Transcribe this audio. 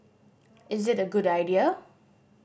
is it a good idea